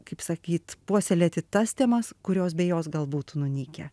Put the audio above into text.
kaip sakyt puoselėti tas temas kurios be jos gal būtų nunykę